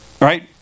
right